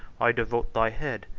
i devote thy head,